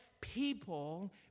people